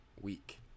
week